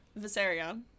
Viserion